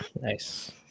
Nice